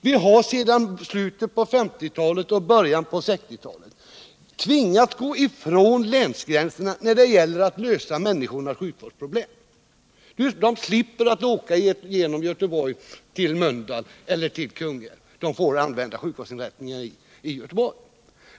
Vi har sedan slutet på 1950 talet och början av 1960-talet tvingats gå ifrån länsgränserna för att lösa människornas sjukvårdsproblem. De slipper åka genom Göteborg till Mölndal eller Kungälv och får använda sjukvårdsinrättningar i Göteborg.